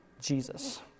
Jesus